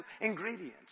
ingredients